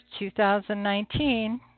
2019